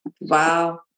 wow